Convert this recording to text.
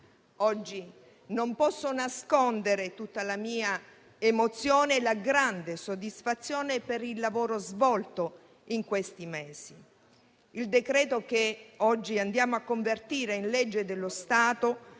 Oggi non posso nascondere tutta la mia emozione e la grande soddisfazione per il lavoro svolto in questi mesi. Il decreto che oggi andiamo a convertire in legge dello Stato